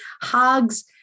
hugs